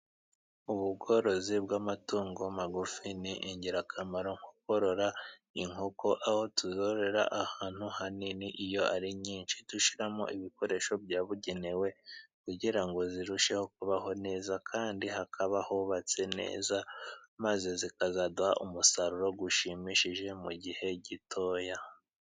Ubu bworozi bw'amatungo magufi ni ingirakamaro, nkkorora inkoko, aho tuzorora ahantu hanini iyo ari nyinshi dushyiramo ibikoresho byabugenewe, kugira zirusheho kubaho neza, kandi hakaba hubatse neza, maze zikazaduha umusaruro ushimishije mu gihe gito.